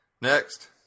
Next